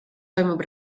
toimub